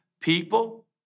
people